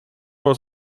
was